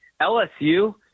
LSU